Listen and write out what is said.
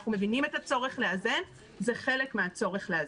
אנחנו מבינים את הצורך לאזן, זה חלק מהצורך לאזן.